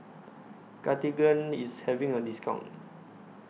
Cartigain IS having A discount